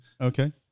Okay